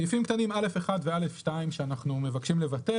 סעיפים קטנים (א1) ו-(א2) שאנחנו מבקשים לבטל